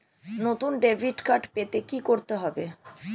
নতুন debit card পেতে কী করতে হবে?